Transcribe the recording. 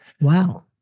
wow